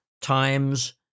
times